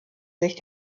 sich